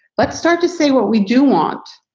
let's start to say what we do want,